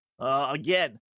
again